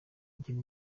ikintu